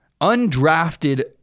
undrafted